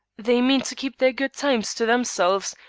they mean to keep their good times to themselves,